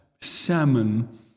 salmon